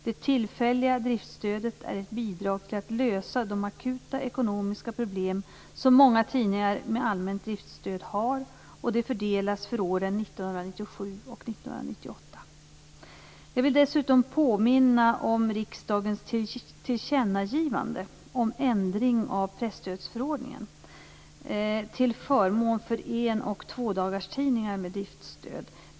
Det tillfälliga driftstödet är ett bidrag till att lösa de akuta ekonomiska problem som många tidningar med allmänt driftstöd har, och det fördelas för åren 1997 och 1998. 1996:1607) till förmån för en och tvådagarstidningar med driftstöd.